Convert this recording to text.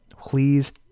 Please